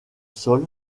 sol